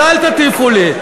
אז אל תטיפו לי.